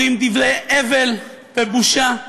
אומרים דברי הבל ובושה.